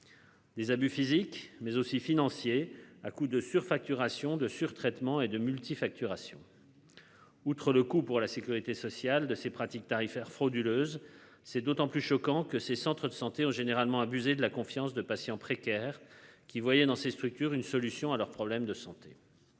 Les abus physiques mais aussi financier à coups de surfacturation de sur traitement et de multi-facturation. Outre le coût pour la sécurité sociale de ces pratiques tarifaires frauduleuse. C'est d'autant plus choquant que ces centres de santé ont généralement abusé de la confiance de patients précaires qui voyait dans ces structures, une solution à leurs problèmes de santé.